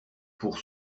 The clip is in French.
pour